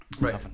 Right